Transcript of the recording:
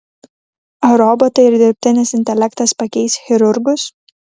ar robotai ir dirbtinis intelektas pakeis chirurgus